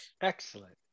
Excellent